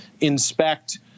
inspect